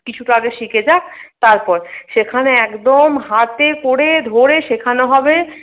কিছুটা আগে শিখে যাক তারপর সেখানে একদম হাতে করে ধরে শেখানো হবে